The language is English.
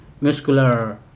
muscular